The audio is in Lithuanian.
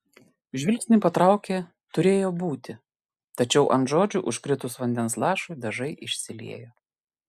žvilgsnį patraukė turėjo būti tačiau ant žodžių užkritus vandens lašui dažai išsiliejo